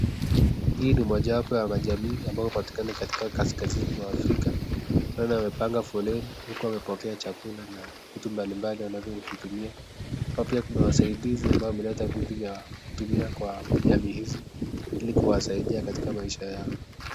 Hii ni moja wapo ya majamii ambao hupatikana katika kaskazini mwa Afrika. Naona wamepanga foleni huku wamepokea chakula vitu mbali mbali wanavyovitumia. Hapa pia kuna wasaidizi ambao wameleta vitu vya kutumia kwa jamii hizi ili kuwasaidia katika maisha yao.